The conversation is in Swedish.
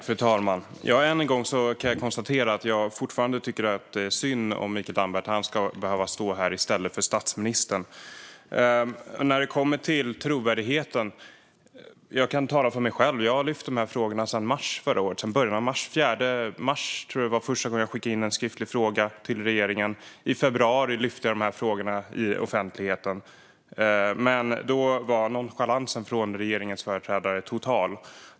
Fru talman! Än en gång kan jag konstatera att jag fortfarande tycker att det är synd om Mikael Damberg för att han ska behöva stå här i stället för statsministern. När det kommer till trovärdigheten kan jag tala för mig själv. Jag har lyft de här frågorna sedan början av mars förra året. Jag tror att det var den 4 mars som jag första gången skickade in en skriftlig fråga till regeringen, och i februari lyfte jag de här frågorna i offentligheten. Men då var nonchalansen från regeringens företrädare total.